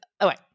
okay